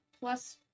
plus